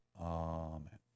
Amen